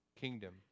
kingdom